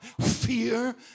Fear